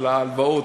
של ההלוואות,